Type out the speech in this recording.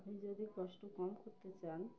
আপনি যদি কষ্ট কম করতে চান